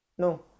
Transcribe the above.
No